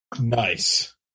Nice